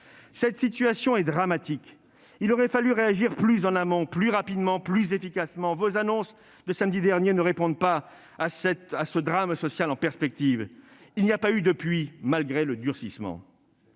Cette situation est dramatique. Il aurait fallu réagir plus en amont, plus rapidement, plus efficacement. Vos annonces de samedi dernier ne répondent pas à ce drame social en perspective. Il n'y en a pas eu depuis, malgré le durcissement.